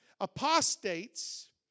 Apostates